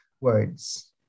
Words